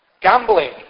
Gambling